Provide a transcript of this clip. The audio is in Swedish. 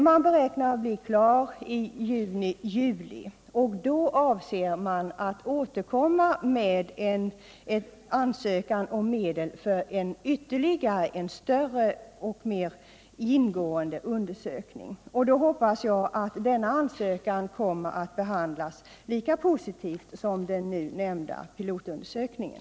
Man beräknar att bli klar under juni eller juli, och då avser man att återkomma med en ansökan om medel för en större och mer ingående undersökning. Jag hoppas att ansökningen kommer att behandlas lika positivt som varit fallet när det gäller den nu nämnda pilotundersökningen.